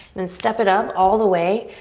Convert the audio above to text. then step it up all the way.